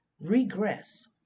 regress